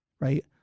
right